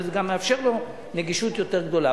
וזה גם מאפשר לו נגישות יותר גדולה,